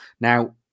Now